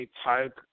type